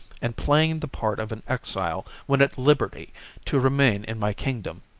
and playing the part of an exile when at liberty to remain in my kingdom.